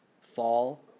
fall